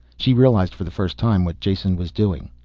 she realized for the first time what jason was doing.